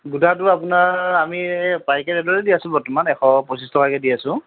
গোটাটো আপোনাৰ আমি পাইকাৰী ৰেটতে দি আছোঁ বৰ্তমান এশ পঁচিছ টকাকৈ দি আছোঁ